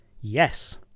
Yes